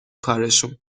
کارشون